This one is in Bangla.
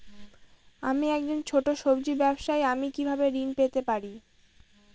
আমি একজন ছোট সব্জি ব্যবসায়ী আমি কিভাবে ঋণ পেতে পারি?